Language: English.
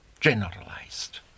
generalized